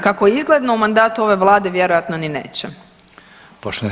Kako je izgledno u mandatu ove vlade vjerojatno ni neće.